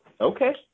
Okay